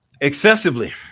Excessively